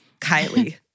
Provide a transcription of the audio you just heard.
Kylie